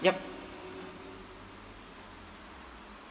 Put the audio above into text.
yup